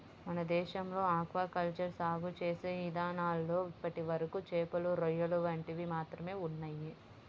మన దేశంలో aquaculture సాగు చేసే ఇదానాల్లో ఇప్పటివరకు చేపలు, రొయ్యలు వంటివి మాత్రమే ఉన్నయ్